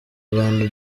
rwanda